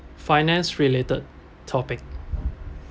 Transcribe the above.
finance related topic